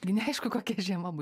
taigi neaišku kokia žiema bus